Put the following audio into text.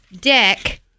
deck